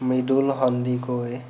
Mridul Sandikoi